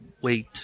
Wait